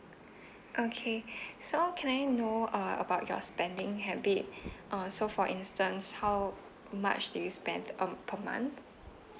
okay so can I know uh about your spending habit uh so for instance how much do you spend on per month